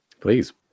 Please